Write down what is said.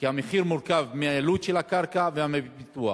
כי המחיר מורכב מהעלות של הקרקע ומהפיתוח.